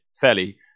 fairly